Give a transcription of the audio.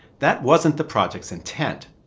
that wasn't the project's intent,